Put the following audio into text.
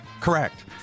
correct